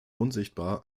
unsichtbar